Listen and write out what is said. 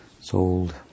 sold